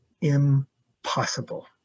impossible